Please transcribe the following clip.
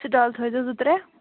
سِٹال تھٲے زیو زٕ ترٛےٚ